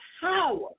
power